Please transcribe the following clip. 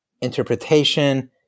interpretation